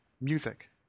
music